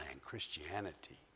Christianity